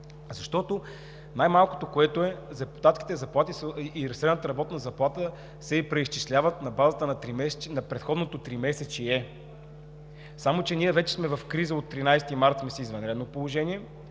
Защото най-малкото, което е, депутатските заплати и средната работна заплата се преизчисляват на базата на предходното тримесечие. Само че ние вече сме в криза – от 13 март сме в извънредно положение,